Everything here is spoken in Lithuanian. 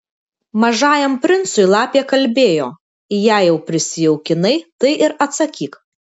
mažajam princui lapė kalbėjo jei jau prisijaukinai tai ir atsakyk